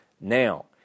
Now